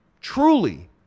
truly